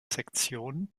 sektion